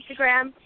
Instagram